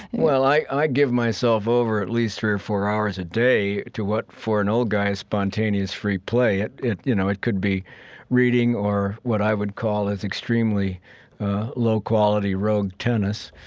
well, i i give myself over at least three or four hours a day to what, for an old guy, is spontaneous free play. it, you know, it could be reading or what i would call as extremely low-quality rogue tennis,